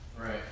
Right